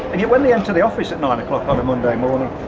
and yet when they enter the office at nine o'clock on a monday morning,